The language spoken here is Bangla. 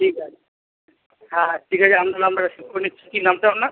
ঠিক আছে হ্যাঁ হ্যাঁ ঠিক আছে আপনার নাম্বারটা সেভ করে নিচ্ছি কী নামটা আপনার